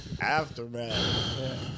Aftermath